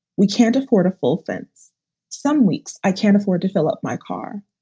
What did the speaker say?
we can't afford a full fence some weeks. i can't afford to fill up my car.